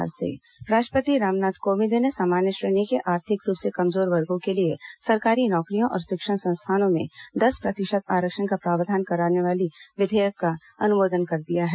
राष्ट्रपति आरक्षण विधेयक राष्ट्रपति रामनाथ कोविंद ने सामान्य श्रेणी के आर्थिक रूप से कमजोर वर्गो के लिए सरकारी नौकरियों और शिक्षण संस्थानों में दस प्रतिशत आरक्षण का प्रावधान करने वाले विधेयक का अनुमोदन कर दिया है